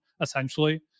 essentially